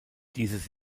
dieses